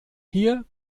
hier